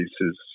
pieces